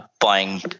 buying